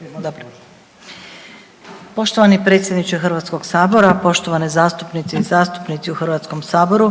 Zlata** Poštovani predsjedniče HS-a, poštovane zastupnice i zastupnici u HS-u.